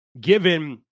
given